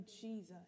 Jesus